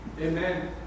Amen